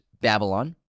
Babylon